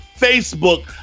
Facebook